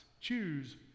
Choose